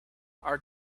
are